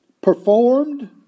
performed